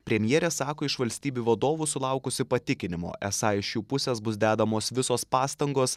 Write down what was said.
premjerė sako iš valstybių vadovų sulaukusi patikinimo esą iš jų pusės bus dedamos visos pastangos